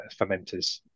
fermenters